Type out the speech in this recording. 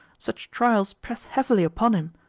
such trials press heavily upon him,